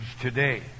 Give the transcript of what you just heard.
today